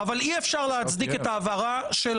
אבל אי-אפשר להצדיק את ההעברה של